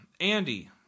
Andy